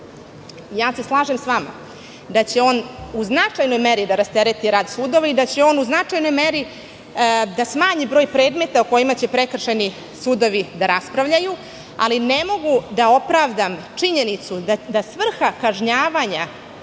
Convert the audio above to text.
nalog, slažem se sa vama da će on u značajnoj meri da rastereti rad sudova i da će on u značajnoj meri smanjiti broj predmeta o kojima će prekršajni sudovi da raspravljaju, ali ne mogu da opravdam činjenicu da svrha kažnjavanja